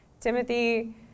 Timothy